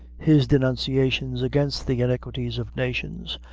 his denunciations against the iniquities of nations,